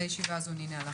הישיבה ננעלה